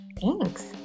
Thanks